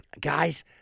Guys